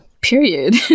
period